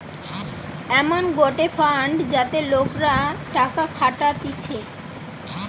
এমন গটে ফান্ড যাতে লোকরা টাকা খাটাতিছে